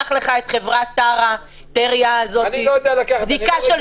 קח לך את חברת Tera, בדיקה של